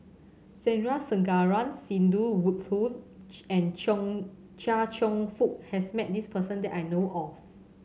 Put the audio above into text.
Sandrasegaran Sidney Woodhull and Cheng Chia Cheong Fook has met this person that I know of